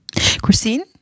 Christine